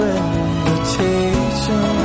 invitation